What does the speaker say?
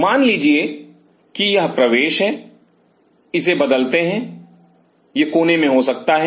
मान लीजिए कि यह प्रवेश है इसे बदलते हैं यह कोने में हो सकता है